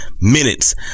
minutes